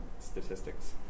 statistics